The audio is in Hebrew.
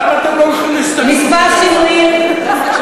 למה אתם לא הולכים להסתננות בצרפת?